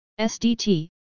SDT